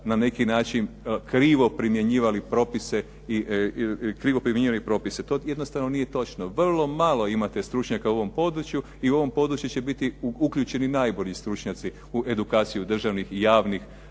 na neki način krivo primjenjivali propise. To jednostavno nije točno. Vrlo malo imate stručnjaka u ovom području i u ovom području će biti uključeni najbolji stručnjaci u edukaciji državnih i javnih